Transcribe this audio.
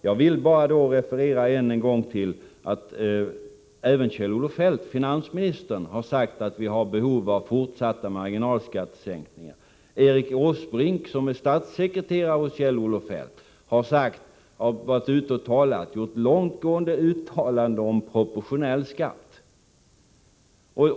Jag vill än en gång referera till att även Kjell-Olof Feldt — finansministern — har sagt att vi har behov av fortsatt marginalskattesänkning. Erik Åsbrink, som är statssekreterare hos Kjell-Olof Feldt, har gjort långtgående uttalanden om proportionell skatt.